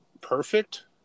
perfect